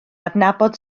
adnabod